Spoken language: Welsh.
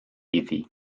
iddi